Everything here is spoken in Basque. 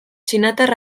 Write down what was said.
txinatar